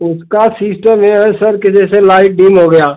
उसका सिस्टम ये है सर की जैसे लाइट डिम हो गया